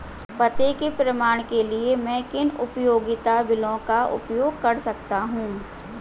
पते के प्रमाण के लिए मैं किन उपयोगिता बिलों का उपयोग कर सकता हूँ?